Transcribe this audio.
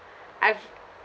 I feel